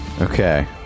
Okay